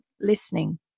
listening